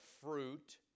fruit